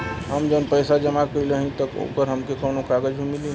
हम जवन पैसा जमा कइले हई त ओकर हमके कौनो कागज भी मिली?